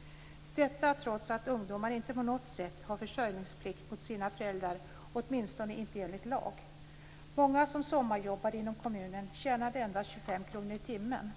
- detta trots att ungdomar inte på något sätt har försörjningsplikt mot sina föräldrar, åtminstone inte enligt lag. Många som sommarjobbade inom kommunen tjänade endast 25 kr i timmen.